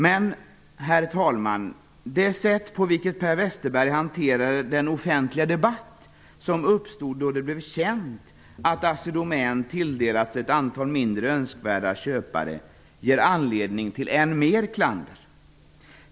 Men, herr talman, det sätt på vilket Per Westerberg hanterade den offentliga debatt som uppstod då det blev känt att Assi Domän-aktier tilldelats ett antal mindre önskvärda köpare ger anledning till ännu mer klander.